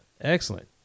Excellent